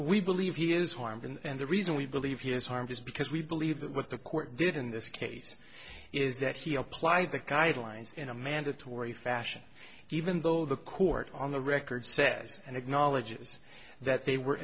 we believe he is harmed and the reason we believe he is harmed is because we believe that what the court did in this case is that he applied the guidelines in a mandatory fashion even though the court on the record says and acknowledges that they were